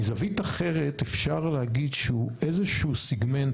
מזווית אחרת אפשר להגיד שהוא איזה שהוא סגמנט,